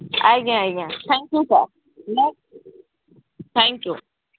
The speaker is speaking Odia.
ଆଜ୍ଞା ଆଜ୍ଞା ଥ୍ୟାଙ୍କ୍ ୟୁ ସାର୍ ନ ଥ୍ୟାଙ୍କ୍ ୟୁ